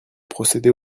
procéder